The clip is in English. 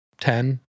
ten